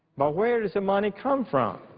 but where does the money come from?